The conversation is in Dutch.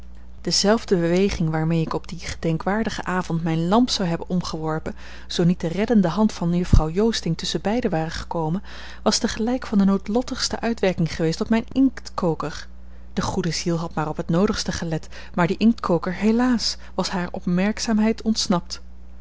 dezelfde beweging waarmee ik op dien gedenkwaardigen avond mijne lamp zou hebben omgeworpen zoo niet de reddende hand van juffrouw joosting tusschenbeide ware gekomen was tegelijk van de noodlottigste uitwerking geweest op mijn inktkoker de goede ziel had maar op het noodigste gelet maar die inktkoker helaas was hare opmerkzaamheid ontsnapt